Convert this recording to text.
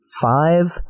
five